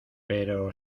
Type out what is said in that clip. pero